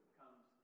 comes